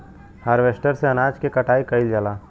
harvester से अनाज के कटाई कइल जाला